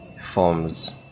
forms